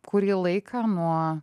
kurį laiką nuo